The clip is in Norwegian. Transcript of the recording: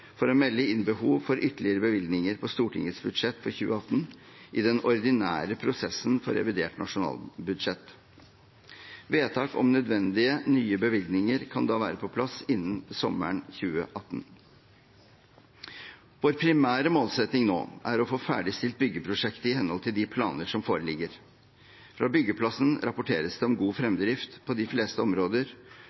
for å melde inn behov for ytterligere bevilgninger på Stortingets budsjett for 2018, i den ordinære prosessen for revidert nasjonalbudsjett. Vedtak om nødvendige, nye bevilgninger kan da være på plass innen sommeren 2018. Vår primære målsetting nå er å få ferdigstilt byggeprosjektet i henhold til de planer som foreligger. Fra byggeplassen rapporteres det om god fremdrift på de fleste områder,